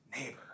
neighbor